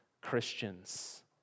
Christians